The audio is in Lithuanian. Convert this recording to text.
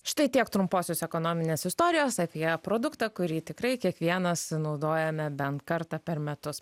štai tiek trumposios ekonominės istorijos apie produktą kurį tikrai kiekvienas naudojame bent kartą per metus